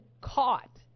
caught